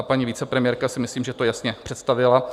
Paní vicepremiérka si myslím, že to jasně představila.